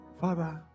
Father